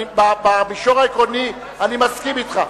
במישור העקרוני אני מסכים אתך.